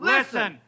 Listen